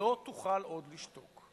לא תוכל עוד לשתוק.